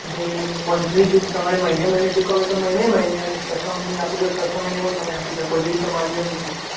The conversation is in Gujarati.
જે મન્થલી ચૂક તમારે મહિને મહિને ચૂકવવી હોય તો મહિને મહિને અને છ છ મહિને આપવી હોય તો છ છ મહિને પણ તમે આપી શકો જેવી તમારી અનુકૂળતા